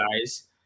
guys